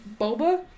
boba